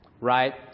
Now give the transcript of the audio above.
right